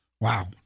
Wow